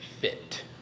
fit